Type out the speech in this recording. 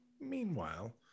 meanwhile